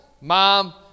Mom